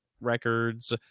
records